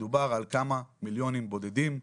מדובר על כמה מיליונים בודדים,